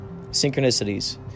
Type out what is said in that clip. synchronicities